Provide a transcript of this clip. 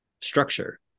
structure